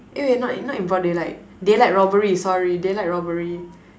eh wait not in not in broad daylight daylight robbery sorry daylight robbery